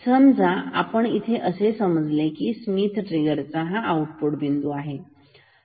समजा आपण इथे असे समजूया की हा स्मिथ ट्रिगर चा आउटपुट बिंदू आहे